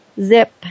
zip